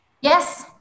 Yes